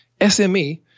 SME